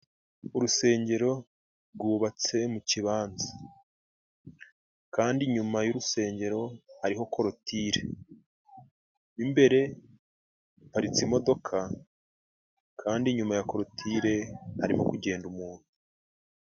Urusengero gubatse mu cibanza ,Kandi inyuma y'urusengero hariho korutire , imbere haparitse Imodoka, Kandi inyuma ya korotire harimo kugenda umuntu.